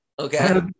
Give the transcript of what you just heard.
Okay